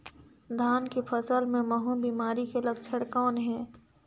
धान के फसल मे महू बिमारी के लक्षण कौन हे?